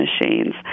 machines